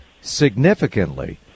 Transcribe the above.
significantly